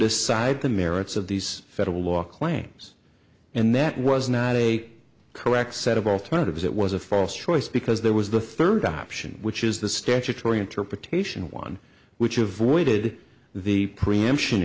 decide the merits of these federal law claims and that was not a correct set of alternatives it was a false choice because there was the third option which is the statutory interpretation one which avoided the preemption